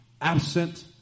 absent